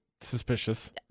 suspicious